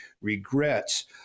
regrets